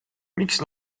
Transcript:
miks